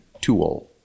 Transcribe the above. tool